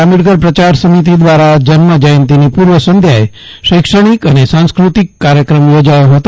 આંબેડકર પ્રચાર સમિતિ દ્રારા જન્મ જયંતીની પુર્વ સંધ્યાએ શૈક્ષણિક અને સાંસ્કૃતિક કાર્યક્રમ યોજાયો ફતો